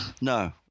no